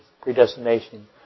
predestination